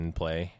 play